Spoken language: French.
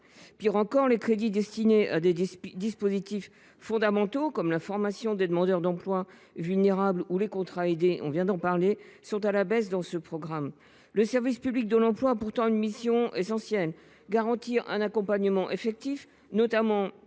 Pis encore, les crédits destinés à des dispositifs fondamentaux, comme la formation des demandeurs d’emploi vulnérables ou les contrats aidés – nous venons d’en parler –, sont à la baisse dans le programme 102. Le service public de l’emploi a pourtant une mission essentielle : garantir un accompagnement effectif des